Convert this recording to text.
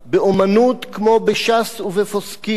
באמנות כמו בש"ס ובפוסקים,